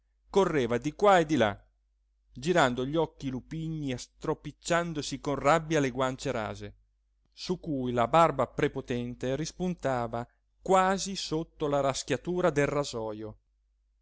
correva di qua e di là girando gli occhi lupigni e stropicciandosi con rabbia le guance rase su cui la barba prepotente rispuntava quasi sotto la raschiatura del rasojo